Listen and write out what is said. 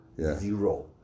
zero